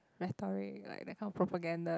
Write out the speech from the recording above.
rhetoric like that kind of propaganda